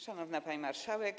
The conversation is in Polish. Szanowna Pani Marszałek!